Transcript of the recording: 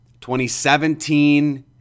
2017